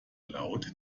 laut